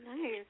Nice